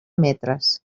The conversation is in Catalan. metres